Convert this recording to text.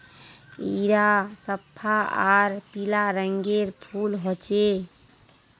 इरा सफ्फा आर पीला रंगेर फूल होचे